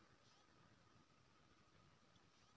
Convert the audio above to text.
कि सब लगतै सर लोन लय में?